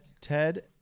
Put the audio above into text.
Ted